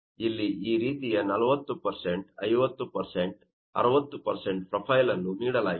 ಇಲ್ಲಿ ಈ ರೀತಿಯ 40 50 60 ಪ್ರೊಫೈಲ್ ಅನ್ನು ನೀಡಲಾಗಿದೆ